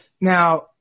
now